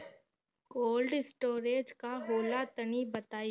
Cold storage का होला तनि बताई?